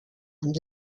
and